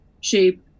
shape